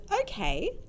okay